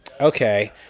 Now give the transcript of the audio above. Okay